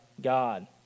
God